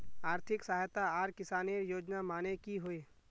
आर्थिक सहायता आर किसानेर योजना माने की होय?